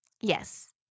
Yes